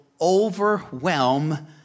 overwhelm